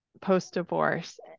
post-divorce